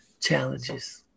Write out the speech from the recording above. challenges